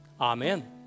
amen